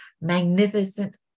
magnificent